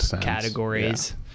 categories